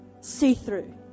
see-through